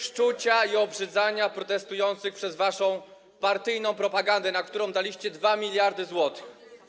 szczucia i obrzydzania protestujących przez waszą partyjną propagandę, na którą daliście 2 mld zł.